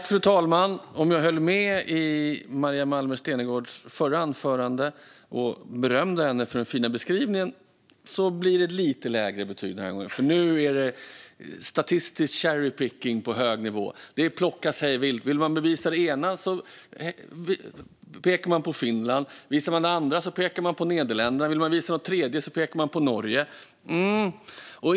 Fru talman! Jag höll med om Maria Malmer Stenergards förra anförande och berömde henne för den fina beskrivningen, men det blir ett lite lägre betyg den här gången. Nu är det statistisk cherry-picking på hög nivå. Det plockas hej vilt. Vill man bevisa det ena pekar man på Finland, vill man bevisa det andra pekar man på Nederländerna och vill man bevisa det tredje pekar man på Norge.